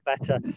better